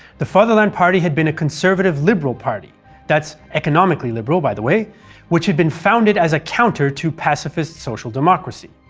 the fatherland party had been a conservative-liberal party that's economically liberal by the way which had been founded as a counter to pacifist social-democracy.